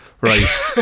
Right